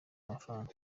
amafaranga